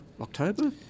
October